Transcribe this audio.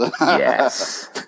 Yes